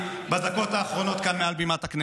דקה, יוליה.